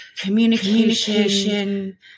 communication